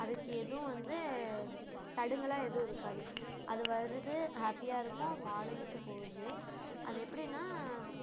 அதுக்கு எதுவும் வந்து தடங்கலாக எதுவும் இருக்காது அது வருது ஹாப்பியாக இருக்கும் வாழுந்துகிட்டு போது அது எப்படின்னா